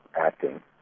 acting